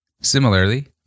Similarly